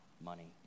money